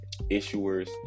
issuers